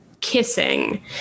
kissing